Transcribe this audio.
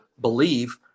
believe